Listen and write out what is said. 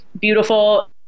beautiful